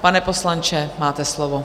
Pane poslanče, máte slovo.